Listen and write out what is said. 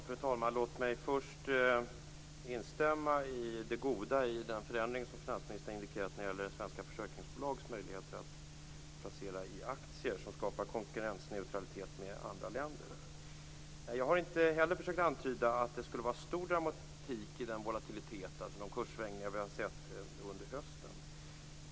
Fru talman! Låt mig först instämma i det goda i den förändring som finansministern indikerar när det gäller svenska försäkringsbolags möjligheter att placera i aktier som skapar konkurrensneutralitet med andra länder. Jag har inte heller försökt antyda att det skulle vara stor dramatik i den volatilitet, de kurssvängningar, som vi har sett under hösten.